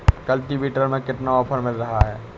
Cultivator में कितना offer मिल रहा है?